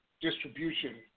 distribution